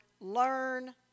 Learn